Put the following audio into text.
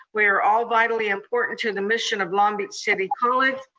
we are all vitally important to the mission of long beach city college.